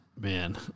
Man